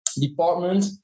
department